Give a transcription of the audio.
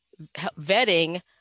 vetting